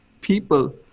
people